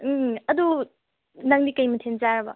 ꯎꯝ ꯑꯗꯨ ꯅꯪꯗꯤ ꯀꯔꯤ ꯃꯊꯦꯜ ꯆꯥꯔꯕ